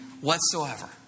whatsoever